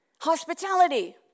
Hospitality